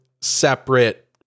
separate